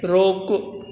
रोकु